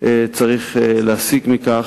צריך להסיק מכך.